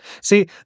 See